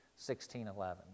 1611